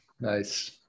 Nice